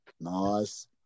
Nice